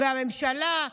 והממשלה,